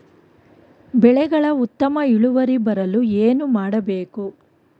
ಬೆಳೆಗಳ ಉತ್ತಮ ಇಳುವರಿ ಬರಲು ಏನು ಮಾಡಬೇಕು?